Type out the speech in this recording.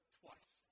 twice